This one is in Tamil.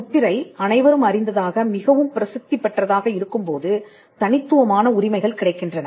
முத்திரை அனைவரும் அறிந்ததாக மிகவும் பிரசித்தி பெற்றதாக இருக்கும்போது தனித்துவமான உரிமைகள் கிடைக்கின்றன